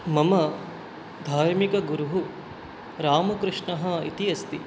मम धार्मिकगुरुः रामकृष्णः इति अस्ति